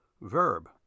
Verb